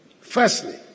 Firstly